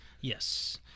Yes